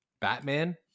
Batman